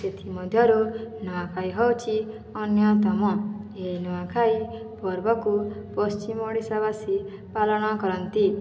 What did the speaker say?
ଏଥିମଧ୍ୟରୁ ନୂଆଁଖାଇ ହେଉଛି ଅନ୍ୟତମ ଏହି ନୂଆଁଖାଇ ପର୍ବକୁ ପଶ୍ଚିମ ଓଡ଼ିଶାବାସୀ ପାଳନ କରନ୍ତି